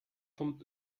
vom